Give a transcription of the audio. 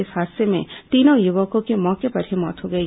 इस हादसे में तीनों युवकों की मौके पर ही मौत हो गई